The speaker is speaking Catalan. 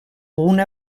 una